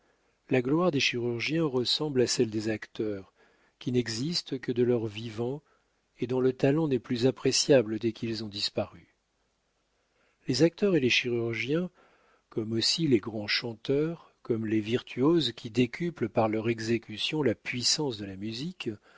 la gloire des chirurgiens ressemble à celle des acteurs qui n'existent que de leur vivant et dont le talent n'est plus appréciable dès qu'ils ont disparu les acteurs et les chirurgiens comme aussi les grands chanteurs comme les virtuoses qui décuplent par leur exécution la puissance de la musique